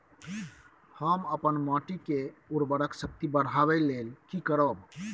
हम अपन माटी के उर्वरक शक्ति बढाबै लेल की करब?